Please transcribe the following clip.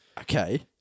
Okay